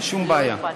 אין שום בעיה.